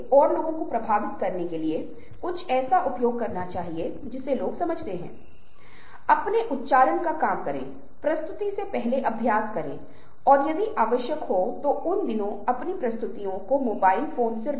आज हम इन पर ध्यान केंद्रित नहीं करने जा रहे हैं लेकिन हम निश्चित रूप से उन्हें उठाएंगे क्योंकि हमने नए मीडिया की खोज की थी